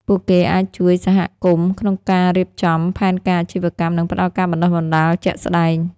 ពួកគេអាចជួយសហគមន៍ក្នុងការរៀបចំផែនការអាជីវកម្មនិងផ្តល់ការបណ្តុះបណ្តាលជាក់ស្តែង។